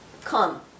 come